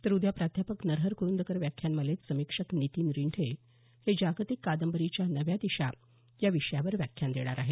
तर उद्या प्राध्यापक नरहर कुरूंदकर व्याख्यानमालेत समीक्षक नीतीन रिंढे हे जागतिक कादंबरीच्या नव्या दिशा या विषयावर व्याख्यान देणार आहेत